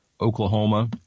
Oklahoma